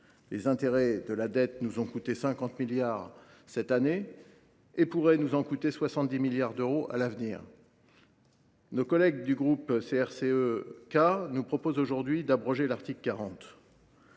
Les intérêts de la dette nous ont coûté 50 milliards d’euros cette année et pourraient atteindre 70 milliards d’euros à l’avenir. Nos collègues du groupe CRCE K nous proposent aujourd’hui d’abroger l’article 40.